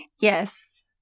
Yes